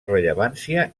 rellevància